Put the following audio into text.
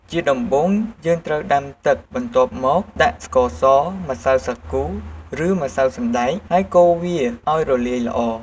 ជាដំបូង យើងត្រូវដាំទឹក បន្ទាប់មក ដាក់ស្ករស ម្សៅសាគូ ឬ ម្សៅសណ្តែក ហើយកូរឱ្យវារលាយល្អ។